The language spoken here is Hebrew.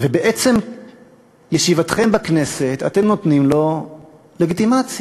ובעצם ישיבתכם בכנסת אתם נותנים לו לגיטימציה.